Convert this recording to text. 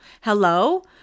Hello